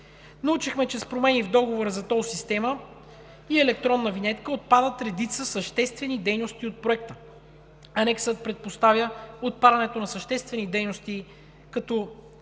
Научихме, че с промени в договора за тол система и електронна винетка отпадат редица съществени дейности от проекта. Анексът предпоставя отпадането на съществени дейности като изграждане